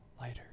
lighter